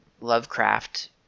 Lovecraft